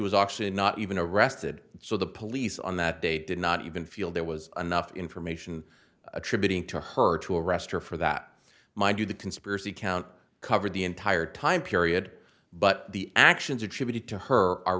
actually not even arrested so the police on that day did not even feel there was enough information attributing to her to arrest her for that mind you the conspiracy count covered the entire time period but the actions attributed to her are